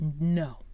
no